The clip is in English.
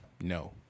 No